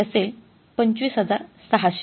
ते असेल २५६००